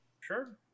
Sure